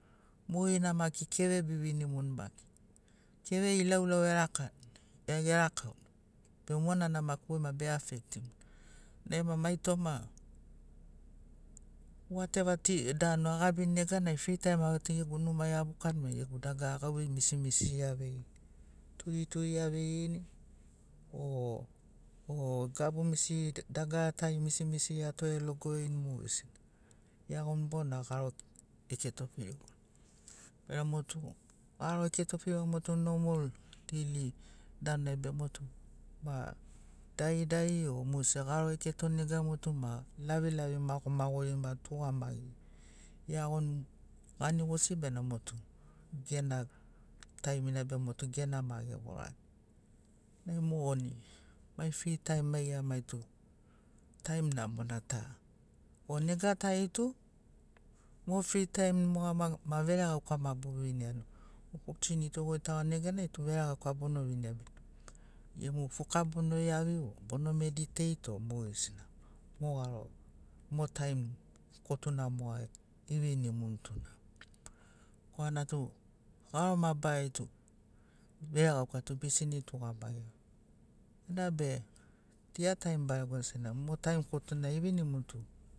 Mogeri na maki keve bivinimuni maki. Keve ilauilau gerakauni be monana maki goi maki be afektimuni. Naima mai toma, wat eva danu agabini neganai frit taim au tu numai abukani bena gegu dagara, gauvei misimisiri aveirini. Turituri aveirini o gabu misiri dagara tari misimisiri atorelogorini mogesina, iagoni bona garo eketo firigoni. Bena motu, garo eketofirigoni motu nomol deili danunai be motu ma daridari o mogesina garo eketoni neganai mo tu ma lavilavi magomagori ma tugamagiri iagoni ganigosi bena motu gena taimina be motu gena ma gegorani. Nai mogoni mai fri taim maiga maitu taim namona ta. O nega tari tu mo fri taim moga ma veregauka ma buviniani. Opotuniti ogoitagoni neganai tu veregauka bono vinia be gemu fuka bono iavi, o bono mediteit o mogesina, mo garo mo taim kotuna moga ivinimuni tuna. Korana tu garo mabari tu veregauka tu bisini tugamagi. Ena be dia taim baregona sena mo taim kotuna ivinimuni tu